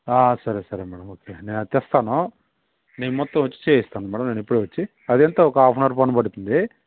సరే సరే madam okay నేను అది తెస్తాను నేను మొత్తం వచ్చి చేస్తాను మేడం నేను ఇప్పుడే వచ్చి అదెంత ఒక హాఫ ఆన్ అవర్ పని పడుతుంది